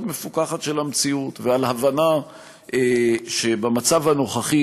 מפוכחת של המציאות ועל הבנה שבמצב הנוכחי,